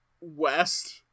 west